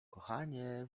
kochanie